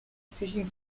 fishing